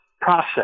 process